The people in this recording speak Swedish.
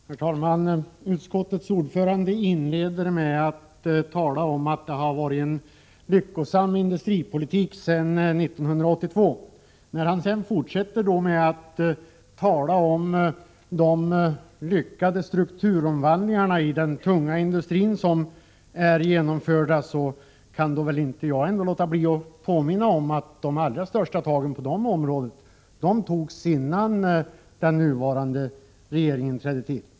Herr talman! Utskottets ordförande inledde med att säga att det förts en lyckosam industripolitik sedan 1982. När han sedan fortsatte med att tala om de lyckade strukturomvandlingar i den tunga industrin som genomförts kan jag inte underlåta att påminna om att de allra största tagen på det området togs innan den nuvarande regeringen trädde till.